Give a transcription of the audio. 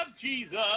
Jesus